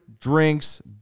drinks